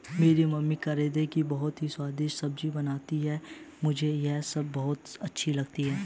मेरी मम्मी करौंदे की बहुत ही स्वादिष्ट सब्जी बनाती हैं मुझे यह सब्जी बहुत अच्छी लगती है